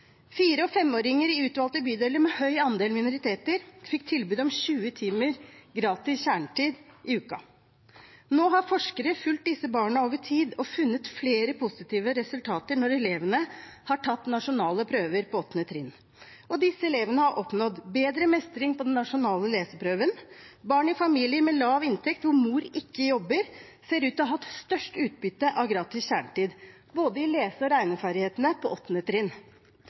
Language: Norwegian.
Fire- og femåringer i utvalgte bydeler med høy andel minoriteter fikk tilbud om 20 timer gratis kjernetid i uken. Nå har forskere fulgt disse barna over tid og funnet flere positive resultater når elevene har tatt nasjonale prøver på 8. trinn. Disse elevene har oppnådd bedre mestring på den nasjonale leseprøven. Barn i familier med lav inntekt hvor mor ikke jobber, ser ut til å ha hatt størst utbytte av gratis kjernetid i både lese- og regneferdighetene på 8. trinn,